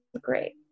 great